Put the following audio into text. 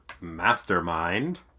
Mastermind